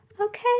okay